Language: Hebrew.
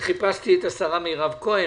חיפשתי את השרה מירב כהן,